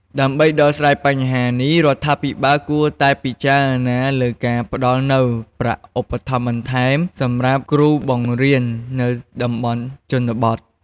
ដើម្បីដោះស្រាយបញ្ហាទាំងនេះ រដ្ឋាភិបាលគួរតែពិចារណាលើការផ្តល់នូវ ប្រាក់ឧបត្ថម្ភបន្ថែម សម្រាប់គ្រូបង្រៀននៅតំបន់ជនបទ។